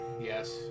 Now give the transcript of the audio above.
Yes